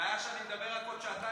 הבעיה היא שאני מדבר רק עוד שעתיים,